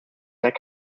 their